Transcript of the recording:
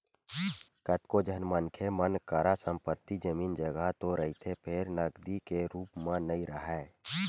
कतको झन मनखे मन करा संपत्ति, जमीन, जघा तो रहिथे फेर नगदी के रुप म नइ राहय